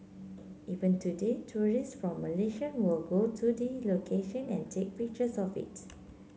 even today tourist from Malaysia will go to the location and take pictures of it